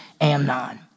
Amnon